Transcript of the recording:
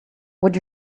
would